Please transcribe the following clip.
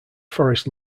forest